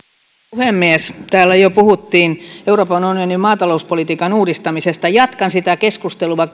puhemies täällä jo puhuttiin euroopan unionin maatalouspolitiikan uudistamisesta jatkan sitä keskustelua